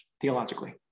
Theologically